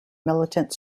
militant